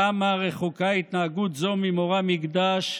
כמה רחוקה התנהגות זו ממורא מקדש,